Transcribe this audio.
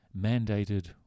mandated